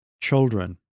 children